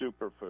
superfood